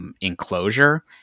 enclosure